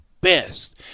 best